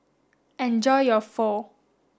enjoy your Pho